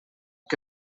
que